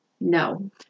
No